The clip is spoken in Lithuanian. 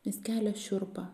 nes kelia šiurpą